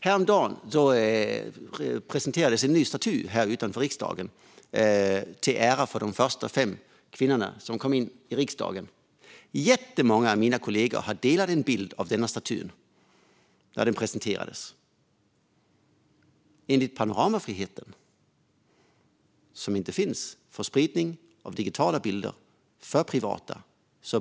Häromdagen presenterades en ny staty här utanför riksdagen för att hedra de första fem kvinnorna som kom in i riksdagen. Jättemånga av mina kollegor har delat bilder av denna staty. På grund av att panoramafriheten inte finns får man inte sprida en sådan bild digitalt.